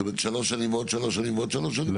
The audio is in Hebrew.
זאת אומרת שלוש שנים ועוד שלוש שנים ועוד שלוש שנים?